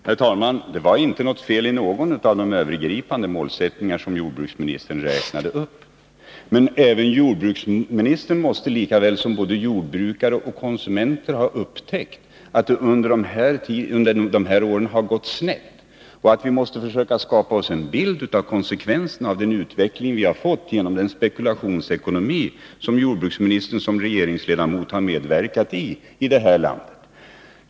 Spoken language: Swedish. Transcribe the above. Herr talman! Det är inte något fel i någon av de övergripande målsättningar som jordbruksministern räknade upp. Men även jordbruksministern måste, lika väl som jordbrukare och konsumenter, ha upptäckt att det under dessa år har gått snett och att vi måste försöka skapa oss en bild av konsekvenserna av den utveckling i landet som vi har fått genom den spekulationsekonomi som jordbruksministern som regeringsledamot har medverkat till.